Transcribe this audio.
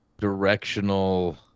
directional